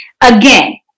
Again